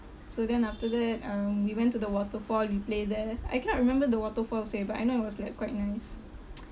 so then after that um we went to the waterfall we play there I cannot remember the waterfall's name but I know it was like quite nice